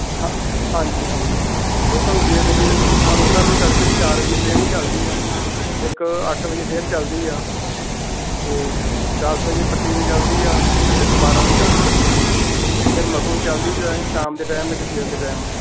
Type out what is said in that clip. ਹਾ ਹਾਂਜੀ ਹਾਂਜੀ ਇੱਥੋਂ ਜੇ ਤੁਸੀਂ ਅੰਮ੍ਰਿਤਸਰ ਦੀ ਤੜਕੇ ਦੀ ਚਾਰ ਵਜੇ ਦੀ ਟਰੇਨ ਵੀ ਚਲਦੀ ਆ ਇੱਕ ਅੱਠ ਵਜੇ ਫਿਰ ਚੱਲਦੀ ਆ ਅਤੇ ਦਸ ਵਜੇ ਪੱਟੀ ਨੂੰ ਚਲਦੀ ਆ ਇਕ ਬਾਰਾਂ ਵਜੇ ਚਲਦੀ ਪੱਟੀ ਨੂੰ ਫਿਰ ਮਖੂ ਨੂੰ ਚਲਦੀ ਸ਼ਾਮ ਦੇ ਟੈਮ ਇੱਕ ਸਵੇਰ ਦੇ ਟੈਮ